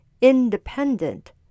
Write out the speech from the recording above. independent